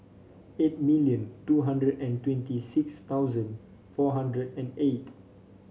eight million two hundred and twenty six thousand four hundred and eight